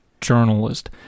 journalist